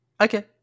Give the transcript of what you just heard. Okay